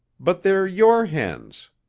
but they're your hens.